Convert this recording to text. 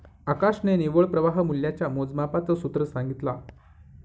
आकाशने निव्वळ प्रवाह मूल्याच्या मोजमापाच सूत्र सांगितला